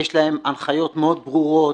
יש להם הנחיות מאוד ברורות,